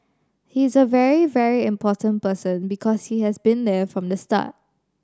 he is a very very important person because he has been there from the start